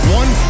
one